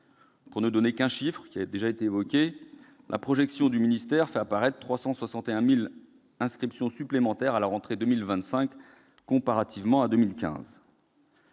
Pour ne donner qu'un chiffre, la projection du ministère fait apparaître 361 000 inscriptions supplémentaires à la rentrée 2025, comparativement à 2015.